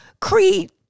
Creed